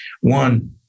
one